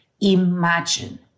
imagine